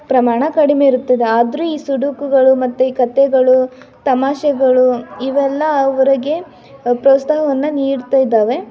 ಪ್ರಮಾಣ ಕಡಿಮೆ ಇರುತ್ತದೆ ಆದರೂ ಈ ಸುಡುಕುಗಳು ಮತ್ತು ಕಥೆಗಳು ತಮಾಷೆಗಳು ಇವೆಲ್ಲ ಅವ್ರಿಗೆ ಪ್ರೋತ್ಸಾಹವನ್ನ ನೀಡ್ತ ಇದವೆ